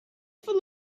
full